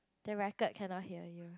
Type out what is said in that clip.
the record cannot hear you